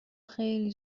خیلی